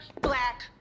black